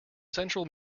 central